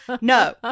No